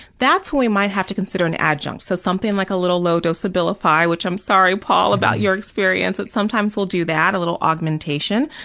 that's when we might have to consider an adjunct, so something like a little low dose of abilify, which i'm sorry, paul, about your experience, but sometimes we'll do that, a little augmentation.